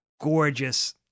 gorgeous